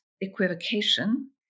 equivocation